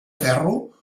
ferro